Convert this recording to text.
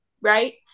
Right